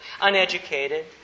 uneducated